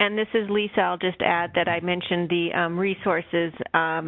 and, this is lisa. i'll just add that i mentioned the resources